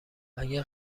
اگه